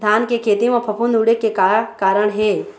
धान के खेती म फफूंद उड़े के का कारण हे?